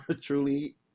truly